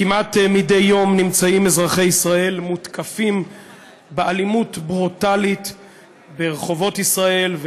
כמעט מדי יום אזרחי ישראל מותקפים באלימות ברוטלית ברחובות ישראל,